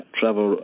travel